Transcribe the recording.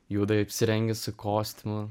juodai apsirengęs su kostiumu